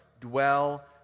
dwell